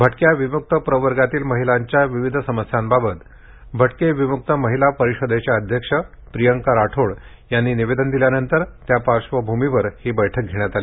भटक्या विम्क्त प्रवर्गातील महिलांच्या विविध समस्यांबाबत अटके विम्क्त महिला परिषदेच्या अध्यक्ष प्रियंका राठोड यांनी निवेदन दिलं त्या पार्श्वभूमीवर ही बैठक घेण्यात आली